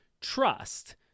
trust